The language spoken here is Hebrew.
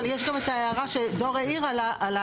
אבל יש גם את ההערה שדור העיר, על ההצדקות.